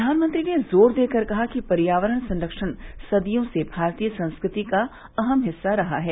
प्रधानमंत्री ने जोर देकर कहा कि पर्यावरण संरक्षण सदियों से भारतीय संस्कृति का अहम हिस्सा रहा है